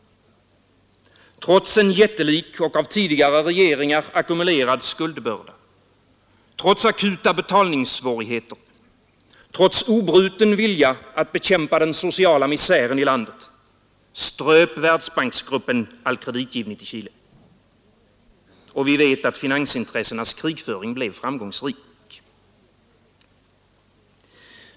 Trots en jättelik och av tidigare regeringar ackumulerad skuldbörda, trots akuta betalningssvårigheter, trots obruten vilja hos regeringen att bekämpa den sociala misären i landet, ströp Världsbanksgruppen all kreditgivning till Chile. Och vi vet att finansintressenas krigföring blev framgångsrik.